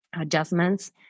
adjustments